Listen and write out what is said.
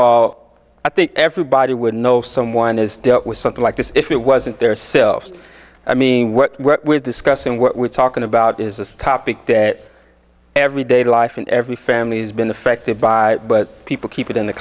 all i think everybody would know someone has dealt with something like this if it wasn't their selves i mean what we're discussing what we're talking about is this topic that every day life in every family has been affected by people keep it in the